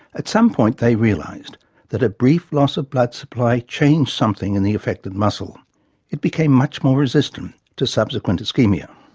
at some point they realised that a brief loss of blood supply changed something in the affected muscle it became much more resistant to subsequent ischemia.